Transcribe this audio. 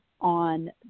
on